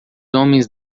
homens